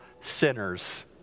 sinners